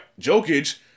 Jokic